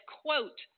quote